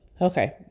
Okay